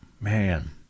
man